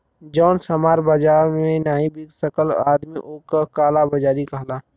जौन सामान बाजार मे नाही बिक सकत आदमी ओक काला बाजारी कहला